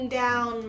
down